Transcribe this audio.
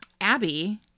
Abby